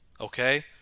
okay